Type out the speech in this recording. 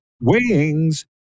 wings